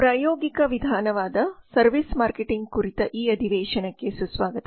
ಪ್ರಾಯೋಗಿಕ ವಿಧಾನವಾದ services marketing ಕುರಿತು ಈ ಅಧಿವೇಶನಕ್ಕೆ ಸುಸ್ವಾಗತ